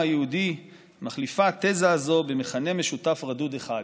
היהודי מחליפה התזה הזאת במכנה משותף רדוד אחד: